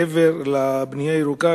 מעבר לבנייה הירוקה,